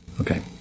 Okay